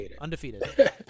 Undefeated